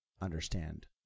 understand